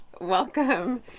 Welcome